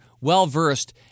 well-versed